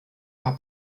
war